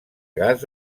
gas